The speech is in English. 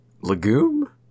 legume